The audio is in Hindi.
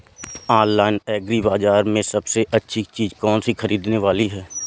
ऑनलाइन एग्री बाजार में सबसे अच्छी चीज कौन सी ख़रीदने वाली है?